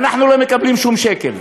ואנחנו לא מקבלים שום שקל.